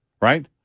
right